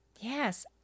yes